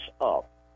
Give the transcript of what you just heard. up